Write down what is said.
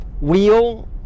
wheel